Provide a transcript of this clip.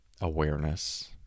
awareness